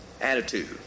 attitude